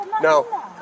No